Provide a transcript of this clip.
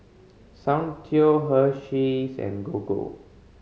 Soundteoh Hersheys and Gogo